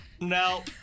No